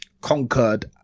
conquered